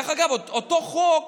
דרך אגב, אותו חוק